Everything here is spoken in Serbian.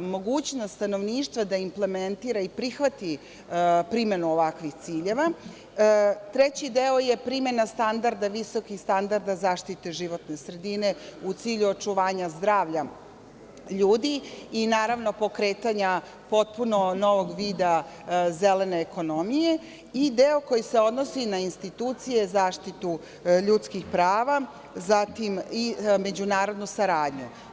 mogućnost stanovništva da implementira i prihvati primenu ovakvih ciljeva, treći deo je primena visokih standarda zaštite životne sredine u cilju očuvanja zdravlja ljudi i pokretanja potpuno novog vida zelene ekonomije i deo koji se odnosi na institucije, zaštitu ljudskih prava i međunarodnu saradnju.